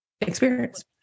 experience